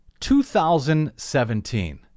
2017